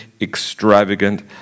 extravagant